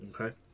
Okay